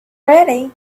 ready